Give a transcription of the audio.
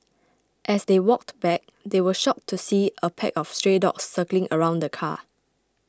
as they walked back they were shocked to see a pack of stray dogs circling around the car